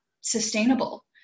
sustainable